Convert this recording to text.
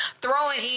throwing